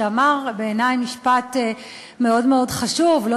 שאמר משפט מאוד מאוד חשוב בעיני,